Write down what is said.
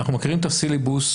אנחנו מכירים את הסילבוס,